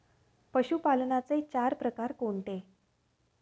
पशुपालनाचे चार प्रकार कोणते?